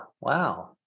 wow